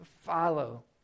Follow